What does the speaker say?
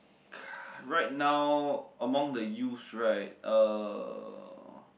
right now among the youth right uh